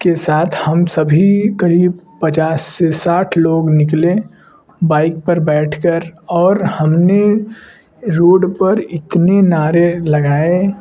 के साथ हम सभी क़रीब पचास से साठ लोग निकले बाइक पर बैठ कर और हम ने रोड पर इतने नारे लगाए